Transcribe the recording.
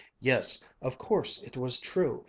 yes, of course it was true!